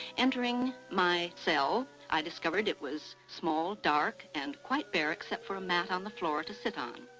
entering my cell, i discovered it was small, dark, and quite bare except for a mat on the floor to sit on.